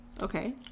okay